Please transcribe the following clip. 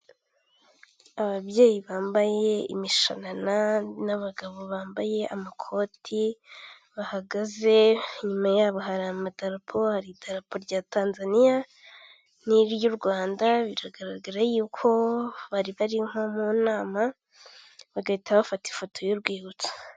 Ababyeyi bambaye imishanana n'abagabo bambaye amakoti bahagaze inyuma yabo hari amadapo, hari idaraapo rya Tanzaniya n'iry'u Rwanda, biragaragara yuko bari bari nko mu nama bagahita bafata ifoto y'urwibutso.